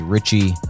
Richie